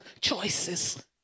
Choices